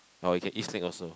or you can eat snake also